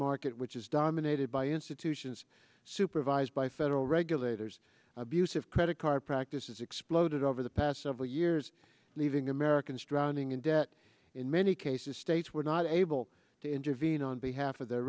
market which is dominated by institutions supervised by federal regulators abusive credit card practices exploded over the past several years leaving americans drowning in debt in many cases states were not able to intervene on behalf of the